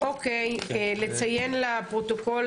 אין ההסתייגות נפלה.